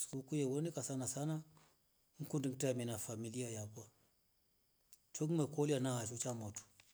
Sikuku yewonika sna ngikundi ngitamie na familia yakwa cha ngilekola nacho cha motu.